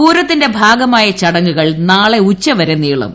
പൂരത്തിന്റെ ഭാഗമായ ചടങ്ങുകൾ നാളെ ഉച്ചവരെ നീളും